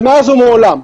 זה מאז ומעולם.